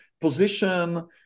position